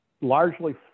largely